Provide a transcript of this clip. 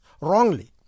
wrongly